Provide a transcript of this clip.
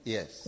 Yes